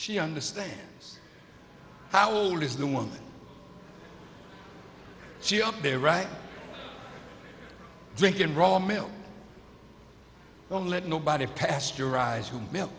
she understand how old is the one she up there right drinking raw milk don't let nobody pasteurized milk